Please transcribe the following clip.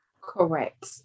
Correct